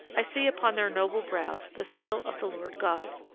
i see upon their noble brows the seal of the lord god,